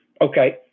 Okay